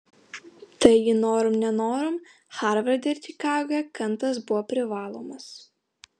taigi norom nenorom harvarde ir čikagoje kantas buvo privalomas